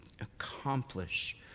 accomplish